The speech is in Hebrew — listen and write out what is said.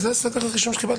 זה סדר הדוברים שקיבלתי.